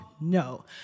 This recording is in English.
No